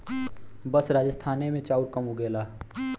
बस राजस्थाने मे चाउर कम उगेला